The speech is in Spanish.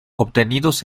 obtenidos